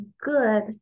good